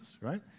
right